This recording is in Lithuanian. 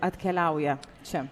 atkeliauja čia